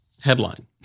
Headline